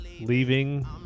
leaving